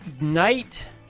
night